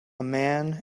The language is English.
man